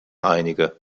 einige